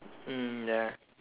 mm ya